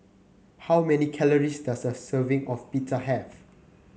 how many calories does a serving of Pita have